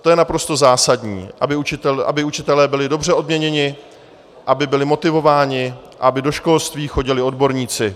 To je naprosto zásadní, aby učitelé byli dobře odměněni, aby byli motivováni, aby do školství chodili odborníci.